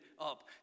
up